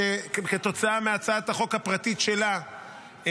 שכתוצאה מהצעת החוק הפרטית שלה,